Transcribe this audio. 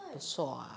besar ah